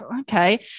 okay